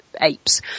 apes